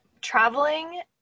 traveling